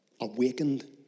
awakened